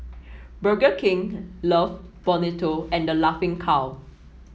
Burger King Love Bonito and The Laughing Cow